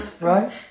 Right